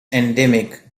endemic